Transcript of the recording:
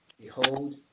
Behold